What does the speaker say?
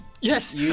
Yes